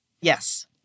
Yes